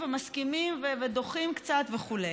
מסכימים ודוחים קצת וכו'.